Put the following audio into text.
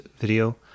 video